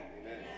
Amen